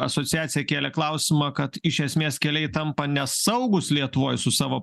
asociacija kėlė klausimą kad iš esmės keliai tampa nesaugūs lietuvoj su savo